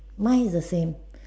mine is the same